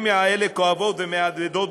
הדגש צריך להיות קודם כול על מניעת גזענות,